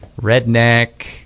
redneck